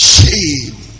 Shame